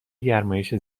گرمایش